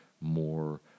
more